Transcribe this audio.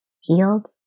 healed